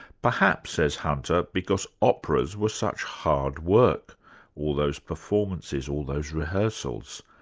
perhaps, says hunter, because operas were such hard work all those performances, all those rehearsals.